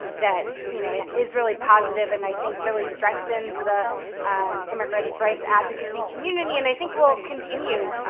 that you know it is really positive and, i think, really strengthens the immigrants rights advocacy community and i think will continue,